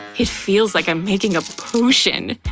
it feels like i'm making a potion!